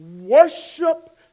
Worship